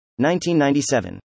1997